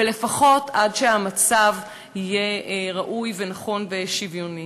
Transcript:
לפחות עד שהמצב יהיה ראוי ונכון ושוויוני.